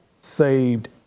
saved